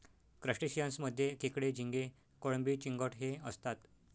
crustaceans मध्ये खेकडे, झिंगे, कोळंबी, चिंगट हे असतात